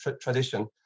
tradition